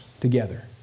together